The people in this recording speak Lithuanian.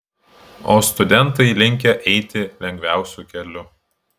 o studentai linkę eiti lengviausiu keliu